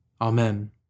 Amen